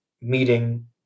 meeting